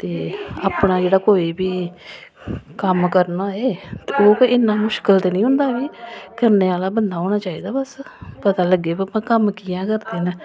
ते अपना जेह्ड़ा कोई बी कम्म करना होऐ ते इन्ना मुश्कल निं होंदा करने आह्ला बंदा होना चाहिदा बस पता लग्गै कि कम्म कियां करदे न